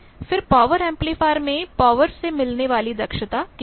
फिर power amplifier में power से मिलने वाली दक्षता कितनी है